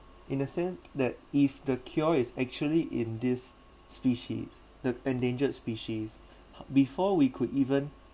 in a sense that if the cure is actually in this species the endangered species before we could even